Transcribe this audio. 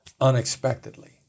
unexpectedly